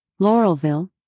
Laurelville